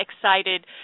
excited